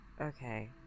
okay